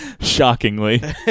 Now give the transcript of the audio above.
Shockingly